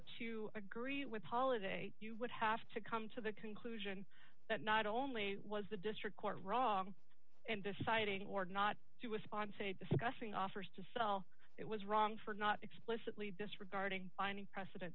to agree with holiday you would have to come to the conclusion that not only was the district court wrong and deciding or not to respond say discussing offers to sell it was wrong for not explicitly disregarding binding precedent